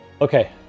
Okay